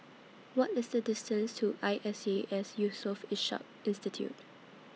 What IS The distance to I S E A S Yusof Ishak Institute